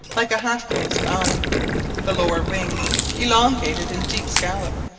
like a half-closed eye the lower wings elongated in deep scollop,